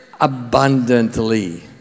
abundantly